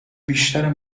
بیشتر